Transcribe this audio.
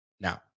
Now